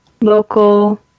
local